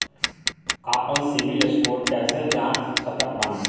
आपन सीबील स्कोर कैसे जांच सकत बानी?